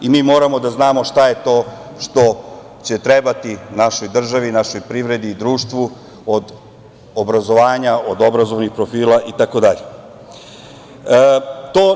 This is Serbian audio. Mi moramo da znamo šta je to što će trebati našoj državi, našoj privredi i društvu od obrazovanja, od obrazovnih profila i tako dalje.